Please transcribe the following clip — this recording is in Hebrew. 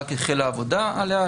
רק החלה העבודה עליה.